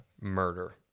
murder